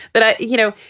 but, you know,